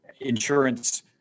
Insurance